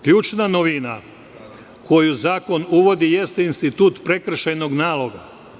Ključna novina koju zakon uvodi jeste institut prekršajnog nalog.